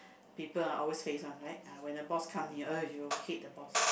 people ah always face one right uh when the boss come near !aiyo! hate the boss